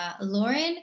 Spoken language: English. Lauren